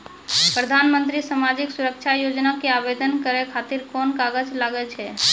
प्रधानमंत्री समाजिक सुरक्षा योजना के आवेदन करै खातिर कोन कागज लागै छै?